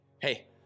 Hey